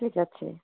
ଠିକ୍ ଅଛି